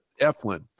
Eflin